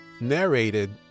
narrated